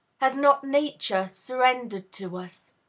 has not nature surrendered to us?